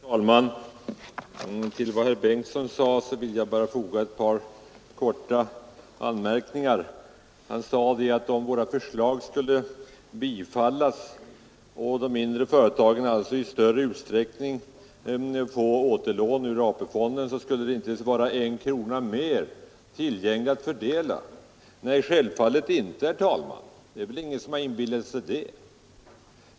Herr talman! Till vad herr Bengtsson i Landskrona anförde vill jag bara foga ett par korta anmärkningar. Han sade att om våra förslag skulle bifallas och de mindre företagen alltså i större utsträckning få återlån ur AP-fonden så skulle det inte bli en krona mer tillgänglig att fördela. Nej, självfallet inte, herr talman, det är väl ingen som har inbillat sig det.